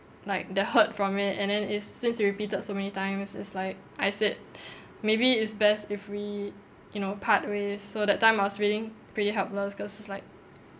like the hurt from it and then it since it repeated so many times it's like I said maybe it's best if we you know part ways so that time I was feeling pretty helpless cause it's like